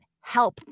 help